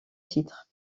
titre